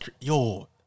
yo